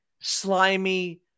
slimy